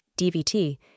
DVT